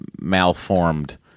malformed